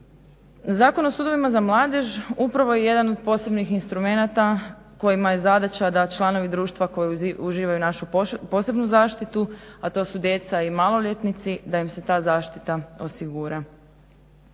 Zakon o sudovima za mladež upravo je jedan od posebnih instrumenata kojima je zadaća da članovi društva koji uživaju našu posebnu zaštitu, a to su djeca i maloljetnici, da im se ta zašita osigura.